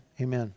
Amen